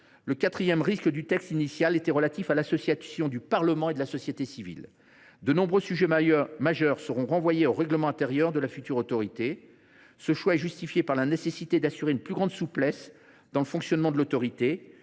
le quatrième risque du texte initial était relatif à l’association du Parlement et de la société civile. De nombreux sujets majeurs seront renvoyés au règlement intérieur de la future autorité. Ce choix est justifié par la nécessité d’assurer une plus grande souplesse dans le fonctionnement de l’Autorité.